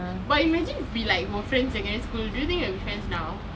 but imagine if we were like friends in secondary school do you think we will be friends now